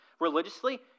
religiously